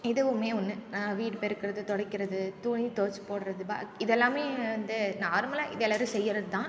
இதுவுமே ஒன்று நான் வீடு பெருக்கிறது தொடைக்கிறது துணி துவைச்சு போடுறது பேக் இதெல்லாமே வந்து நார்மலாக இது எல்லாரும் செய்கிறதுதான்